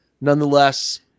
nonetheless